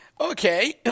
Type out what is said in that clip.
Okay